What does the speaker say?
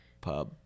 pub